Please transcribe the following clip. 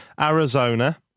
Arizona